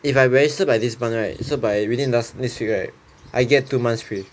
if I register by this month right so by within last next week right I get two months free